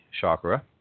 chakra